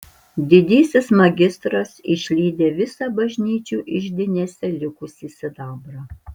didysis magistras išlydė visą bažnyčių iždinėse likusį sidabrą